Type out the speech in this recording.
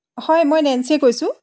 হয় মই নেঞ্চিয়ে কৈছোঁ